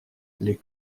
les